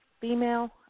female